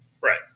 Right